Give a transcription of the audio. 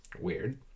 Weird